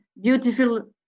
beautiful